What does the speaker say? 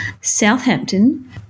Southampton